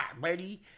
buddy